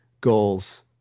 goals